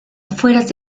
afueras